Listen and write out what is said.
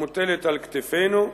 המוטלת על כתפינו,